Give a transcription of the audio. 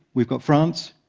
we've got france,